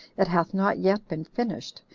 it hath not yet been finished,